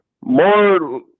More